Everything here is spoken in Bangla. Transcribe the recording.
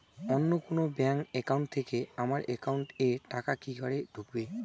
অন্য কোনো ব্যাংক একাউন্ট থেকে আমার একাউন্ট এ টাকা কি করে ঢুকবে?